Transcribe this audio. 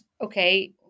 okay